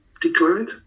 declined